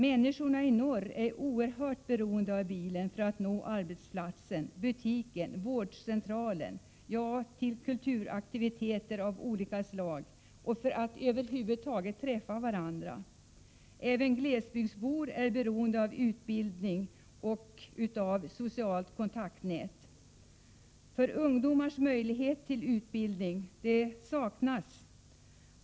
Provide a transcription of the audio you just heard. Människorna i norr är oerhört beroende av bilen för att nå arbetsplatsen, butiker, vårdcentralen, kulturaktiviteter av olika slag och över huvud taget för att träffa varandra. Även glesbygdsbor är beroende av utbildning och socialt kontaktnät. Ungdomar saknar möjligheter till utbildning.